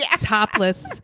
topless